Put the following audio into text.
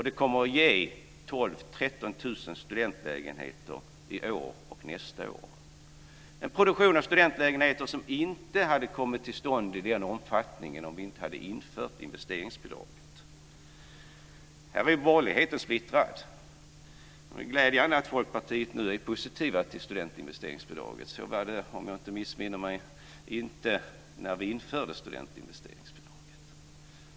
Det kommer att ge 12 000-13 000 nya studentlägenheter i år och nästa år. Det är en produktion av studentlägenheter som inte hade kommit till stånd i den omfattningen om vi inte hade infört investeringsbidraget. Här är borgerligheten splittrad. Det är glädjande att Folkpartiet nu är positivt till studentinvesteringsbidraget. Så var det inte när vi införde studentinvesteringsbidraget, om jag inte missminner mig.